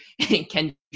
Kendrick